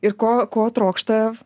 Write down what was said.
ir ko ko trokšta